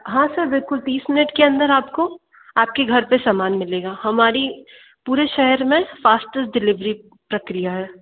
हाँ सर बिल्कुल तीस मिनट के अंदर आपको आपके घर पर समान मिलेगा हमारी पूरे शहर में फास्ट्स्ट डिलीवरी प्रक्रिया है